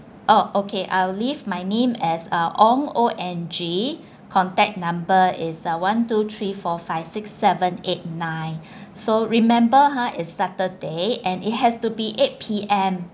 oh okay I'll leave my name as uh ong O N G contact number is uh one two three four five six seven eight nine so remember ha is saturday and it has to be eight P_M